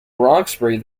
roxbury